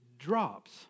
Drops